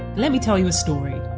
let me tell you a story.